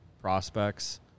prospects